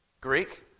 Greek